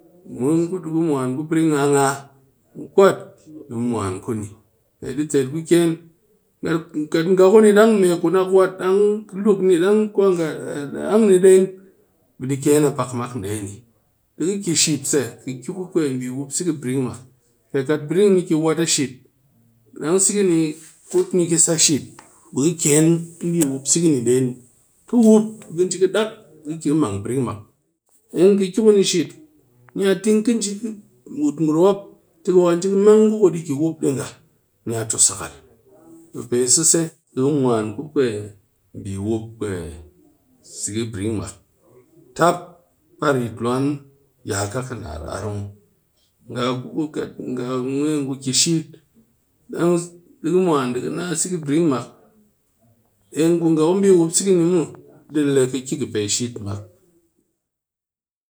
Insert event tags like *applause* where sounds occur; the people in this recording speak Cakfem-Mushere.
Mwan ku brin ngaa-ngaa mu kwat ɗi mu mwan kuni pe dɨ tet ku ken nga kuni dang me kunak wat dang luk ni dang kwa nga deng ni be ɗe ken a pak mak nde ni ɗe ki shit se ki ku bi wup se brin mak pe kat brin ni kɨ wat yi shit dang shihi ni kut ni sah yi shit bi ken bi wup sihi ni nde ni kɨ wup be nji ka dak be ka kɨ mang brin mak, deng ka kɨ kuni dighin ngurum mop tɨ ka waka nji mang ngu ku ɗe niya tu sakal bɨ pe seise di mwan ku kwe bɨ wup sihi brin mak tap par yitluwan ya ka muw nga me ngu shit dang ɗe mwan ki naa shihi brin mak *unintelligible* be shihi mak